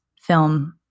film